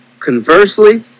Conversely